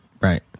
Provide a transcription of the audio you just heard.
Right